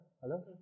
hello